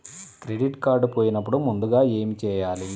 Credit card పోయినపుడు ముందుగా ఏమి చేయాలి?